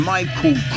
Michael